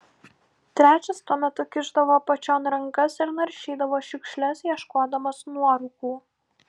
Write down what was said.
trečias tuo metu kišdavo apačion rankas ir naršydavo šiukšles ieškodamas nuorūkų